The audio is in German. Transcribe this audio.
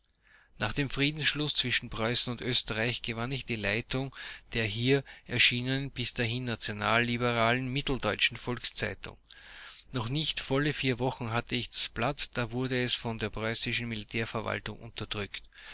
nach dem friedensschluß zwischen preußen und österreich gewann ich die leitung der hier erschienenen bis dahin nationalliberalen mitteldeutschen volkszeitung noch nicht volle vier wochen hatte ich das blatt da wurde es von der preußischen militärverwaltung unterdrückt